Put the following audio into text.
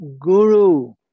Guru